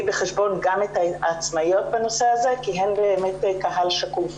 בחשבון גם את העצמאיות בנושא הזה כי הן באמת קהל שקוף.